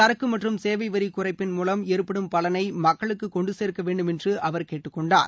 சரக்கு மற்றும் சேவை வரி குறைப்பின் மூலம் ஏற்படும் பலனை மக்களுக்கு கொண்டு சேர்க்க வேண்டும் என்று அவர் கேட்டுக்கொண்டார்